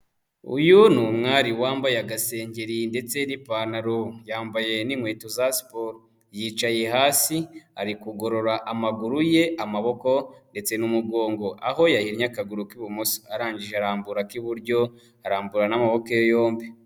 Uyu ni umwari wambaye agasengeri ndetse n'ipantaro, yambaye n'inkweto za siporo. Yicaye hasi ari kugorora amaguru ye, amaboko ndetse n'umugongo. Aho yahinnye akaguru k'ibumoso, arangije arambura ik'iburyo, arambura n'amaboko ye yombi.